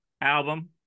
album